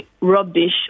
rubbish